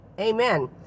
amen